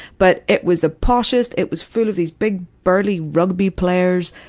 but it was the poshest, it was full of these big, burly rugby players.